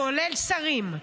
כולל שרים,